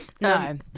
no